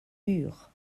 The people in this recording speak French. mûr